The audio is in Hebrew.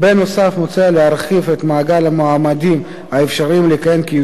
מוצע להרחיב את מעגל המועמדים האפשריים לכהן כיושב-ראש המועצה.